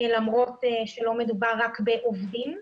למרות שלא מדובר רק בעובדים,